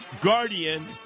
Guardian